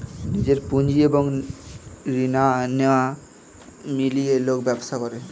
নিজের পুঁজি এবং রিনা নেয়া পুঁজিকে মিলিয়ে লোক ব্যবসা করে